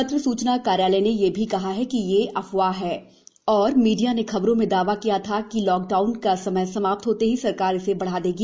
पत्र स्चना कार्यालय ने यह भी कहा कि यह अफवाह है और मीडिया ने खबरों में दावा किया था कि लॉकडाउन का समय समाप्त होते ही सरकार इसे बढा देगी